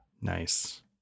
Nice